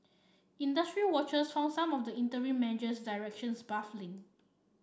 industry watchers found some of the interim measures directions baffling